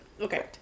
okay